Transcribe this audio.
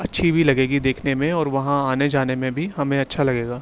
اچھی بھی لگے گی دیکھنے میں اور وہاں آنے جانے میں بھی ہمیں اچھا لگے گا